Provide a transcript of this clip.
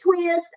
twist